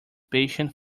patient